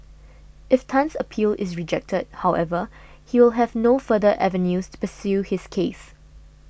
if Tan's appeal is rejected however he will have no further avenues to pursue his case